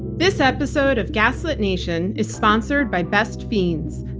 this episode of gaslit nation is sponsored by best fiends,